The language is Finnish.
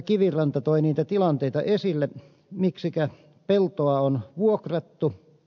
kiviranta toi niitä tilanteita esille miksikä peltoa on vuokrattu